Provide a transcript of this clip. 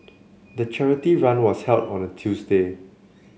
the charity run was held on a Tuesday